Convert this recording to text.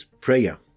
prayer